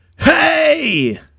Hey